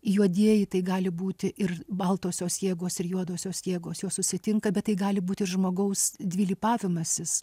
juodieji tai gali būti ir baltosios jėgos ir juodosios jėgos jos susitinka bet tai gali būti ir žmogaus dvylipavimasis